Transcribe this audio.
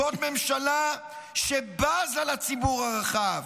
זאת ממשלה שבזה לציבור הרחב,